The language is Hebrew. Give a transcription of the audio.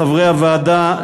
לחברי הוועדה,